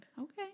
Okay